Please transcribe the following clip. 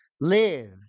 live